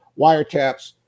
wiretaps